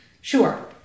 sure